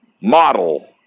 model